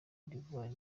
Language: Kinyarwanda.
d’ivoire